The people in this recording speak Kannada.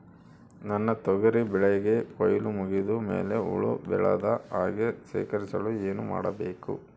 ನನ್ನ ತೊಗರಿ ಬೆಳೆಗೆ ಕೊಯ್ಲು ಮುಗಿದ ಮೇಲೆ ಹುಳು ಬೇಳದ ಹಾಗೆ ಶೇಖರಿಸಲು ಏನು ಮಾಡಬೇಕು?